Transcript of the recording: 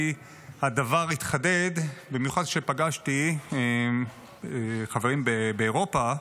לי הדבר התחדד במיוחד כשפגשתי חברים באירופה,